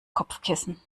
kopfkissen